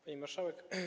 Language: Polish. Pani Marszałek!